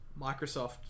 Microsoft